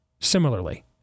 Similarly